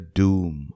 doom